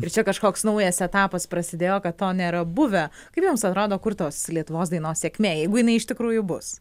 ir čia kažkoks naujas etapas prasidėjo kad to nėra buvę kaip jums atrodo kur tos lietuvos dainos sėkmė jeigu jinai iš tikrųjų bus